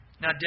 Now